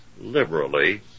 liberally